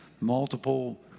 multiple